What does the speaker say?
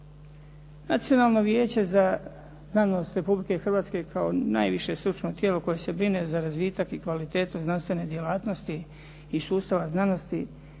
Nacionalno vijeće za znanost Republike Hrvatske kao najviše stručno tijelo koje se brine za razvitak i kvalitetu znanstvene djelatnosti i sustava znanosti